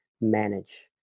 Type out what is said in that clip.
manage